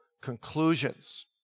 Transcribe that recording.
conclusions